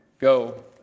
Go